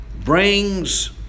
brings